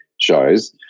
shows